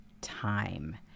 time